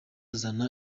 zana